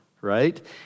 right